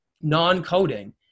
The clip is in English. non-coding